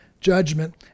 judgment